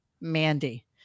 Mandy